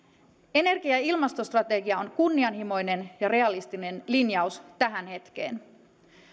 energia ja ilmastostrategia on kunnianhimoinen ja realistinen linjaus tähän hetkeen